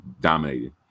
dominated